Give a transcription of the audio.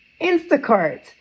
Instacart